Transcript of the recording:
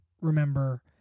remember